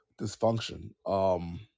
Dysfunction